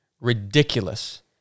ridiculous